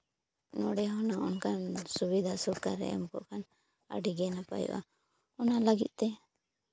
ᱱᱚᱰᱮ ᱦᱚᱸ ᱱᱚᱜ ᱱᱚᱝᱠᱟᱱ ᱥᱩᱵᱤᱫᱟ ᱥᱚᱨᱠᱟ ᱮᱢ ᱠᱚᱜ ᱠᱷᱟᱱ ᱟᱹᱰᱤ ᱜᱮ ᱱᱟᱯᱟᱭᱚᱜᱼᱟ ᱚᱱᱟ ᱞᱟᱹᱜᱤᱫ ᱛᱮ